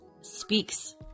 speaks